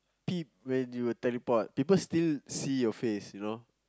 peep when you teleport people still see your face you know